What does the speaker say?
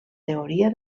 teoria